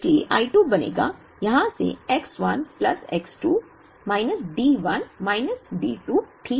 इसलिए I 2 बनेगा यहां से X 1 plus X 2 minus D 1 minus D 2 ठीक है